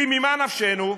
כי ממה נפשנו?